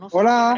Hola